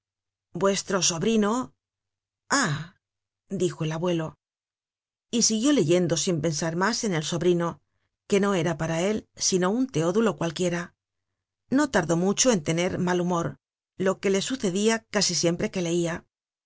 vuestro sobrino ah dijo el abuelo y siguió leyendo sin pensar masen el sobrino que no era para él sino content from google book search generated at un teodulo cualquiera no tardó mucho en tener mal humor lo que le sucedia casi siempre que leia